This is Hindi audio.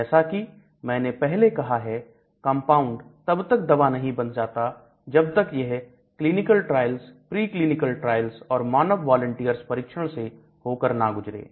जैसा कि मैंने पहले कहा है कंपाउंड तब तक दवा नहीं बन जाता जब तक यह क्लिनिकल ट्रायल्स प्रीक्लिनिकल ट्रायल्स और मानव वॉलिंटियर्स परीक्षण से होकर ना गुजरे